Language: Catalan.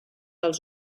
als